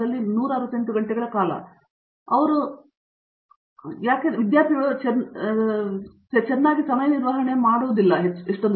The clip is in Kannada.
ಯಾಕೆಂದರೆ ಅವರು ಸ್ವಲ್ಪ ಅಂಕಗಣಿತವನ್ನು ಸರಿಯಾಗಿ ಮಾಡಿಲ್ಲ ಮತ್ತು ಅವರು ಆ ಗಂಟೆಗಳನ್ನು ಹೇಗೆ ಬಳಸಬೇಕೆಂಬುದು ಅವರಿಗೆ ತಿಳಿದಿಲ್ಲ ಮತ್ತು ಯಾಕೆಂದರೆ ಹೆಚ್ಚಿನ ವಿದ್ಯಾರ್ಥಿಗಳನ್ನು ಚೆನ್ನಾಗಿ ನಿರ್ವಹಣೆ ಕತ್ತರಿಸಲಾಗುವುದಿಲ್ಲ ಎಂದು ಅವರು ತಿಳಿದಿದ್ದಾರೆ